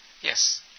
Yes